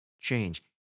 change